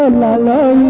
um la la